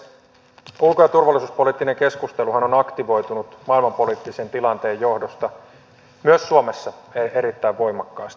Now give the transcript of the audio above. ulko ja turvallisuuspoliittinen keskusteluhan on aktivoitunut maailmanpoliittisen tilanteen johdosta myös suomessa erittäin voimakkaasti